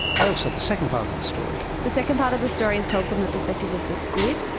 ailsa, the second part of the story? the second part of the story is told from the perspective of the squid,